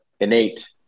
innate